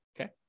okay